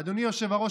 אדוני היושב-ראש,